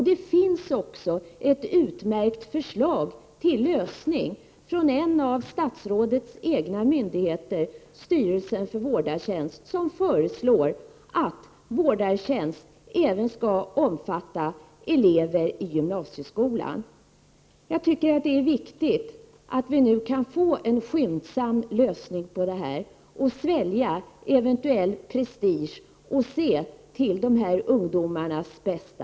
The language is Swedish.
Det finns också ett utmärkt förslag till lösning från en av statsrådets egna myndigheter, nämligen styrelsen för vårdartjänst, som föreslår att vårdartjänst även skall omfatta elever i gymnasieskolan. Det är viktigt att en skyndsam lösning kommer till stånd, att man sväljer eventuell prestige och ser till dessa ungdomars bästa.